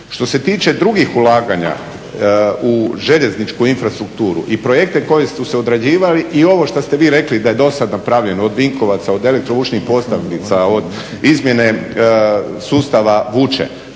Što se tiče drugih ulaganja u željezničku infrastrukturu i projekte koji su se odrađivali i ovo što ste vi rekli da je do sada napravljeno od Vinkovaca, od elektrovučnih postavki za ovo, izmjene sustava vuče.